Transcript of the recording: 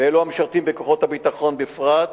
ובאלו המשרתים בכוחות הביטחון בפרט,